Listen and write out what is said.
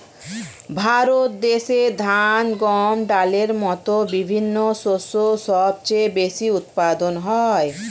ভারত দেশে ধান, গম, ডালের মতো বিভিন্ন শস্য সবচেয়ে বেশি উৎপাদন হয়